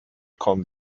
kommen